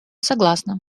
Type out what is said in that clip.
согласна